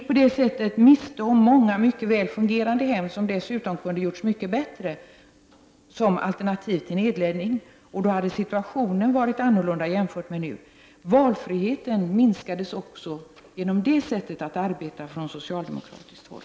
På det sättet gick vi miste om många mycket väl fungerande hem, hem som dessutom hade kunnat göras mycket bättre och då hade kunnat vara alternativ till en nedläggning. I så fali hade situationen varit en annan än den nuvarande. Valfriheten minskades också genom det sättet att arbeta från socialdemokratiskt håll.